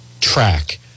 track